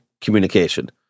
communication